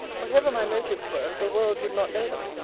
what ever my motives were, the world would not know them.